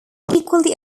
equally